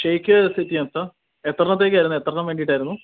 shake set ചെയ്യാൻ sir എത്രക്കായിരുന്നു എത്ര എണ്ണം വേണ്ടിയിട്ടായിരുന്നു